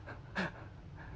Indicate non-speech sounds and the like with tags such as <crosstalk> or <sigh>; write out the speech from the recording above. <laughs>